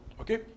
Okay